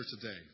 today